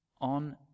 on